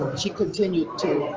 she continue to you.